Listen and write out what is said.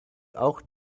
auch